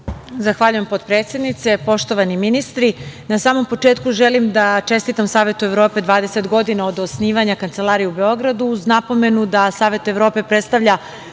Zahvaljujem potpredsednice, poštovani ministri. Na samom početku želim da čestitam Savetu Evrope 20 godina od osnivanja kancelarije u Beogradu, uz napomenu da Savet Evrope predstavlja